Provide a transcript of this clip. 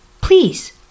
please